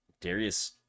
Darius